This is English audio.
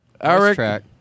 Eric